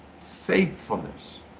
faithfulness